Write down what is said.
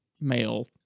male